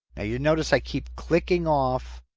ah you'll notice i keep clicking off.